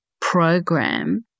program